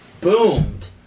boomed